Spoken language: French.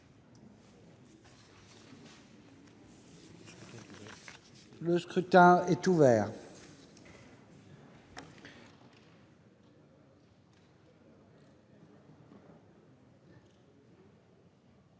Le scrutin est ouvert.